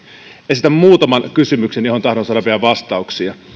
esitän muutaman kysymyksen joihin tahdon saada vielä vastauksia